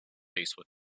eastward